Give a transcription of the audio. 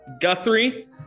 Guthrie